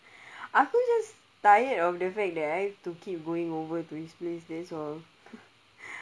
aku just tired of the fact that I have to keep going over to his place that's all